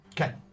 Okay